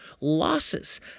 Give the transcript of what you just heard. losses